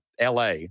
LA